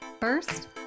First